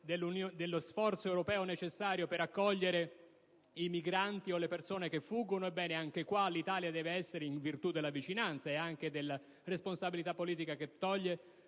dello sforzo europeo necessario per accogliere i migranti o le persone che fuggono. Ebbene, anche in questo caso l'Italia, in virtù della vicinanza e della responsabilità politica che porta